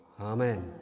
Amen